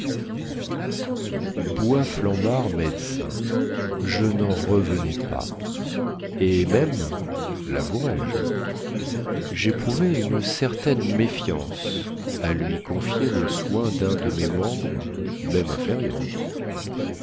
boisflambard médecin je nen revenais pas et même lavoueraije jéprouvais une certaine méfiance à lui confier le soin dun de mes membres même inférieur